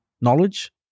knowledge